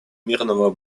мирного